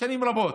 שנים רבות,